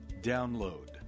download